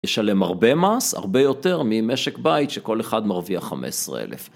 ישלם הרבה מס, הרבה יותר ממשק בית שכל אחד מרוויח 15,000.